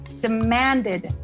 demanded